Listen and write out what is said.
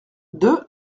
deux